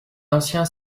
anciens